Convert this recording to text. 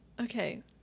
Okay